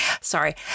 Sorry